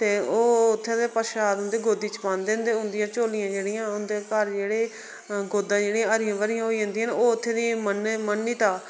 ते ओह् उत्थै ते प्रसाद उंदी गोदी च पांदे ते उंदियां झोलियां जेह्ड़ियां उंदे घर जेह्ड़े गोदां जेहड़ियां हरियां भरियां होई जंदियां न ओह् ओत्थे दी मन्ने मन्यता